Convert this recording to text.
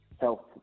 Health